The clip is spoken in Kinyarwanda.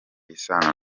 isano